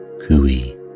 cooey